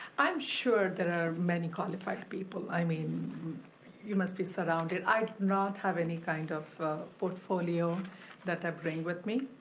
i'm sure there are many qualified people. i mean you must be surrounded. i do not have any kind of portfolio that i bring with me.